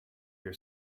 your